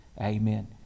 Amen